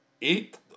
eat